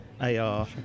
AR